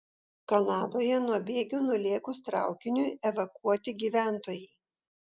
kanadoje nuo bėgių nulėkus traukiniui evakuoti gyventojai